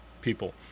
people